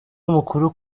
mukuru